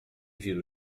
vira